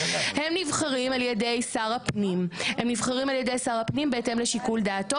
הם נבחרים על ידי שר הפנים בהתאם לשיקול דעתו